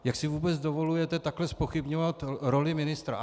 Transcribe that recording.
Jak si vůbec dovolujete takhle zpochybňovat roli ministra?